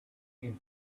music